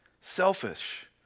selfish